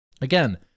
Again